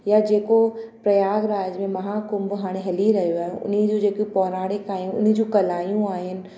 या जेको प्रयागराज में महाकुंभ हाणे हली रहियो आहे उन ज्यूं जेकियूं पौराणिक आहियूं उन जी कलाऊं आहिनि